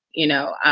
you know,